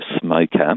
smoker